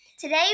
Today